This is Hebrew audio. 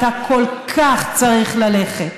אתה כל כך צריך ללכת.